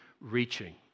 reaching